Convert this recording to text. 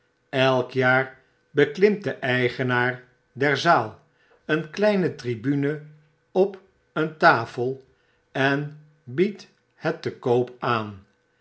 elk jaar beklimt de eigenaar der zaal een kleine tribune op een tafel en biedt het te koop aan